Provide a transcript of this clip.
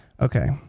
Okay